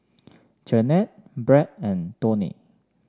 Janette Brad and Toni